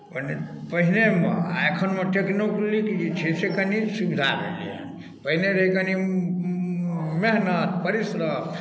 पहिने पहिनेमे आ एखनमे टेक्नोक्लिक जे छै से कनि सुविधा भेलै हेँ पहिने रहै कनि मेहनत परिश्रम